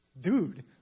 dude